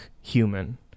human